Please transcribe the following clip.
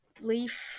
leaf